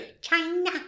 China